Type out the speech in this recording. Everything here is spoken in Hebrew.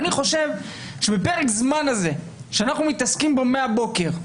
אני חושב שבפרק הזמן הזה שאנחנו מתעסקים פה מהבוקר,